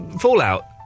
fallout